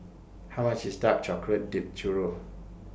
How much IS Dark Chocolate Dipped Churro